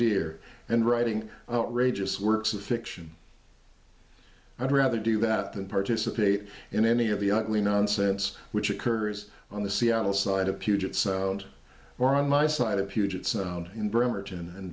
dear and writing outrageous works of fiction i'd rather do that than participate in any of the ugly nonsense which occurs on the seattle side of puget sound or on my side of